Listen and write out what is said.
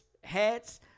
hats